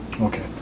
Okay